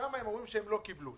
שם הם אומרים שהם לא קיבלו.